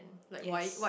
yes